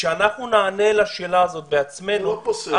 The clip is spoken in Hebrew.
כשאנחנו נענה על השאלה הזאת בעצמנו --- זה לא פוסל.